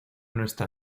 nuestra